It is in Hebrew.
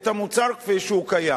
את המוצר כפי שהוא קיים.